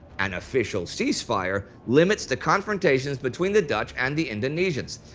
an official cease-fire limits the confrontations between the dutch and the indonesians.